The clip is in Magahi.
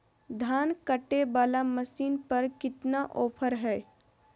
धान कटे बाला मसीन पर कितना ऑफर हाय?